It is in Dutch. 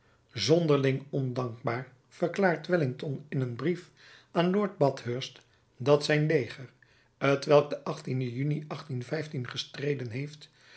zonderling ondankbaar verklaart wellington in een brief aan lord bathurst dat zijn leger t welk den juni gestreden heeft